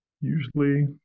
Usually